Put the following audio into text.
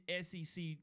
SEC